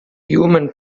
human